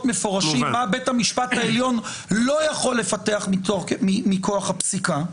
מפורשים מה בית המשפט העליון לא יכול לפתח מכוח הפסיקה,